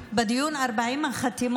אחת: